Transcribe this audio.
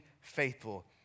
faithful